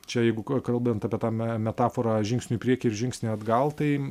čia jeigu kalbant apie tą metaforą žingsniu į priekį ir žingsnį atgal tai